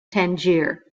tangier